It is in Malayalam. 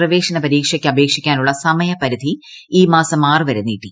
പ്രവേശന പരീക്ഷയ്ക്ക് അപേക്ഷിക്കാനുള്ള സമയപരിധി ഈ മാസം ആറ് വരെ നീട്ടി